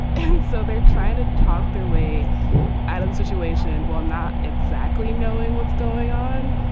and so they're trying to talk their way out of the situation. well, not exactly knowing what's going on.